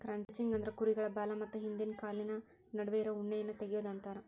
crutching ಅಂದ್ರ ಕುರುಗಳ ಬಾಲ ಮತ್ತ ಹಿಂದಿನ ಕಾಲಿನ ನಡುವೆ ಇರೋ ಉಣ್ಣೆಯನ್ನ ತಗಿಯೋದು ಅಂತಾರ